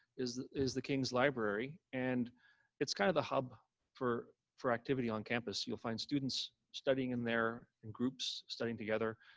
is is the king's library. and it's kind of the hub for for activity on campus, you'll find students studying in their groups studying together.